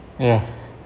yeah